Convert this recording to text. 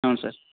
ಹ್ಞೂ ಸರ್